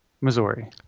Missouri